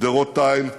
גדרות תיל,